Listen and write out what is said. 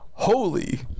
Holy